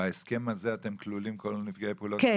בהסכם הזה כלולים כל נפגעי פעולות האיבה?